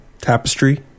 tapestry